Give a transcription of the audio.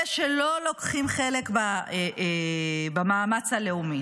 אלה שלא לוקחים חלק במאמץ הלאומי,